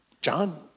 John